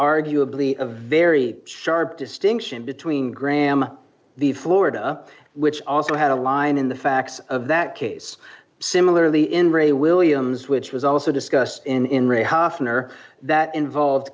arguably a very sharp distinction between graham the florida which also had a line in the facts of that case similarly in ray williams which was also discussed in hofner that involve